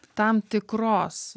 tam tikros